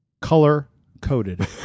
Color-coded